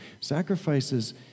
Sacrifices